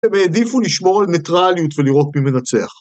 הם העדיפו לשמור על ניטרליות ולראות מי מנצח.